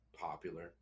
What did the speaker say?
popular